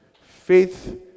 Faith